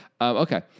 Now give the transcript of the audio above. Okay